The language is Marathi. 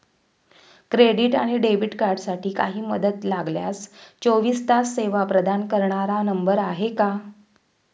क्रेडिट आणि डेबिट कार्डसाठी काही मदत लागल्यास चोवीस तास सेवा प्रदान करणारा नंबर आहे का?